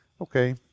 Okay